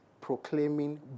proclaiming